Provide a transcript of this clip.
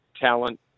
talent